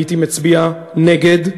הייתי מצביע נגד.